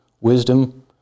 wisdom